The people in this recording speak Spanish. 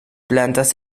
planetas